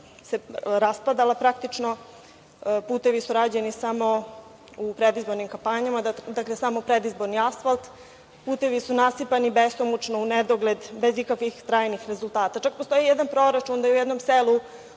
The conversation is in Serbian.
raspadala praktično, putevi su rađeni samo u predizbornim kampanjama, dakle, samo predizborni asfalt, putevi su nasipani besomučno, unedogled, bez ikakvih trajnih rezultata. Čak postoji jedan proračun da je u jednom selu